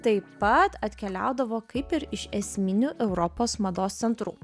taip pat atkeliaudavo kaip ir iš esminių europos mados centrų